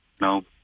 No